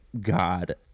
God